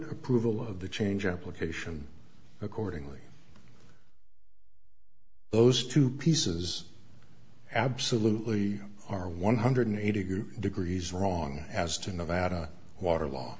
approval of the change application accordingly those two pieces absolutely are one hundred eighty degrees wrong as to nevada water law